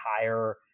higher